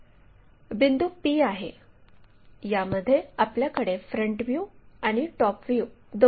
बिंदू p आहे यामध्ये आपल्याकडे फ्रंट व्ह्यू आणि टॉप व्ह्यू दोन्ही आहेत